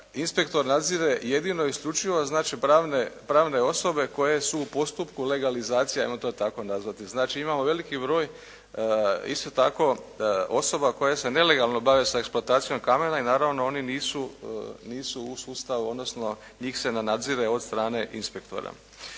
Inspektor nadzire jedino i isključivo znači pravne osobe koje su u postupku legalizacije ajmo to tako nazvati. Znači imamo veliki broj isto tako osoba koje se nelegalno bave sa eksploatacijom kamena i naravno oni nisu u sustavu, odnosno njih se ne nadzire od strane inspektora.